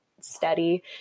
steady